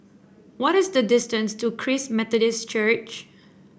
what is the distance to Christ Methodist Church